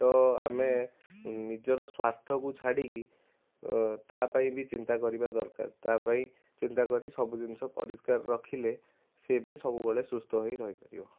ତ ଆମେ ନିଜର ସ୍ବାର୍ଥକୁ ଛାଡ଼ି ତା ପାଇଁ ବି ଚିନ୍ତା କରିବା ଦରକାର ତା ପାଇଁ ଚିନ୍ତା କରି ସବୁ ଜିନିଷ ପରିସ୍କାର ରଖିଲେ ସେ ବି ସବୁବେଳେ ସୁସ୍ଥ ହୋଇ ରହିପାରିବ